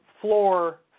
floor